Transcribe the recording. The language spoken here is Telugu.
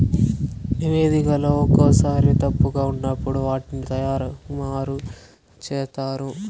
నివేదికలో ఒక్కోసారి తప్పుగా ఉన్నప్పుడు వాటిని తారుమారు చేత్తారు